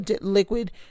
liquid